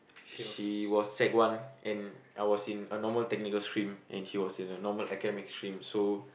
she was sec-one and I was in a normal technical stream and she was in a normal academic stream so